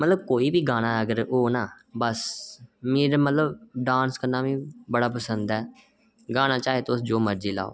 मतलब कोई बी गाना अगर होए ते बस डांस करना मिगी बड़ा पसंद ऐ गाना चाहे तुस जो मर्जी लाओ